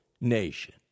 nation